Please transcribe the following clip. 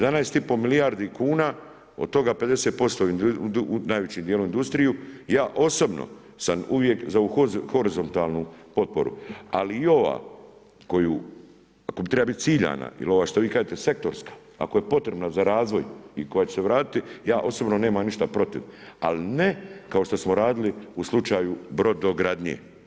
11,5 milijardi kuna, od toga 50% najvećim djelom u industriju, ja osobno sam uvijek za horizontalnu potporu, ali i ova koja treba biti ciljana ili ova što vi kažete sektorska, ako je potrebna za razvoj i koja će se vratiti, ja osobno nemam ništa protiv, ali ne kao što smo radili u slučaju brodogradnje.